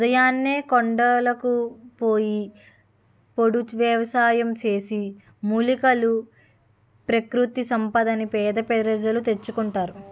ఉదయాన్నే కొండలకు పోయి పోడు వ్యవసాయం చేసి, మూలికలు, ప్రకృతి సంపదని పేద ప్రజలు తెచ్చుకుంటారు